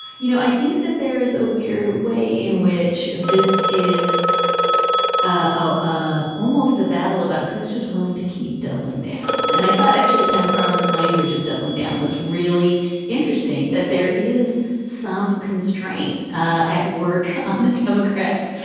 you know, i think that there is a weird way in which this is ah ah almost a battle about who's just willing to keep doubling down. and i thought actually pam carlin's language of doubling down was really interesting, that there is some constraint at work on the democrats,